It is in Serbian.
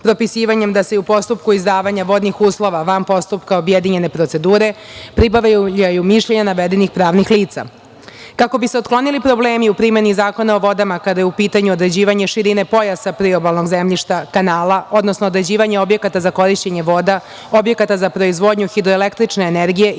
da se i u postupku izdavanja vodnih uslova van postupka objedinjene procedure pribavljaju mišljenja navedenih pravnih lica kako bi se otklonili problemi u primeni Zakona o vodama kada je u pitanju određivanje širine pojasa priobalnog zemljišta, kanala, odnosno određivanje objekata za korišćenje voda, objekata za proizvodnju hidroelektrične energije